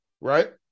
right